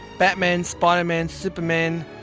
batman, spiderman, superman,